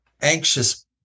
anxious